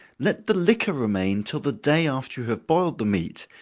let the liquor remain till the day after you have boiled the meat,